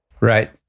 Right